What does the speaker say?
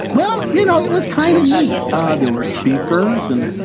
well, you know, it was kind of neat ah there were speakers and,